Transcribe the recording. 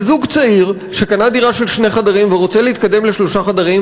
זה זוג צעיר שקנה דירה של שני חדרים ורוצה להתקדם לשלושה חדרים